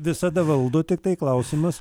visada valdo tiktai klausimas